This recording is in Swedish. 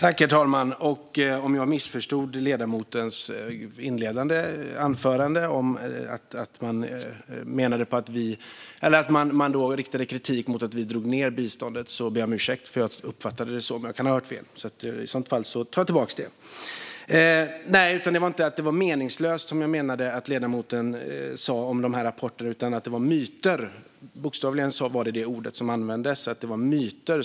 Herr talman! Om jag missförstod ledamotens inledande anförande som kritik mot att vi drog ned biståndet ber jag om ursäkt. Jag uppfattade det på det sättet, men jag kan ha hört fel. I så fall tar jag tillbaka det. Jag menade inte att ledamoten sa om rapporterna att de var meningslösa utan att det var myter. Det var bokstavligen det ordet som användes, att